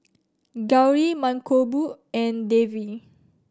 Gauri Mankombu and Devi